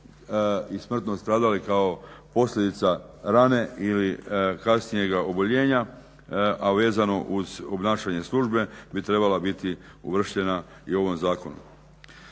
i smrtno stradali kao posljedica rane ili kasnijega oboljenja a vezano uz obnašanje službe bi trebala biti uvrštena i u ovom zakonu.